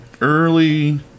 early